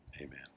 Amen